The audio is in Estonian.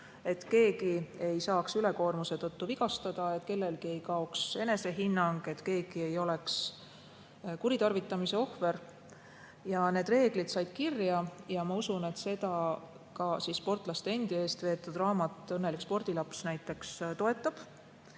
Et keegi ei saaks ülekoormuse tõttu vigastada, et kellelgi ei kaoks [normaalne] enesehinnang, et keegi ei oleks kuritarvitamise ohver. Need reeglid said kirja ja usun, et ka sportlaste endi raamat "Õnnelik spordilaps" seda toetab.